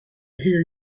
hear